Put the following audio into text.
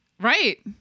Right